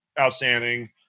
outstanding